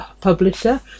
publisher